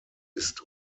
ist